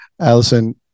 allison